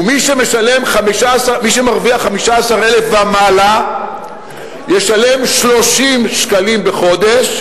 ומי שמרוויח 15,000 ומעלה ישלם 30 שקלים בחודש,